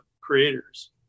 creators